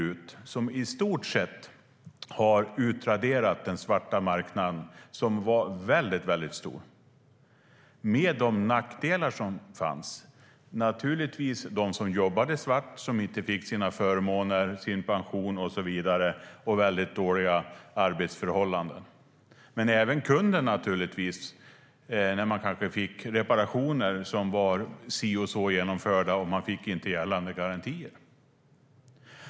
Det har i stort sett utraderat den svarta marknaden, som var väldigt stor, med de nackdelar som naturligtvis fanns för dem som jobbade svart och inte fick sina förmåner, sin pension och så vidare och hade väldigt dåliga arbetsförhållanden men även för kunden som kanske fick reparationer som var genomförda lite si och så utan att man fick gällande garantier.